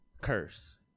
Curse